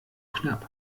knapp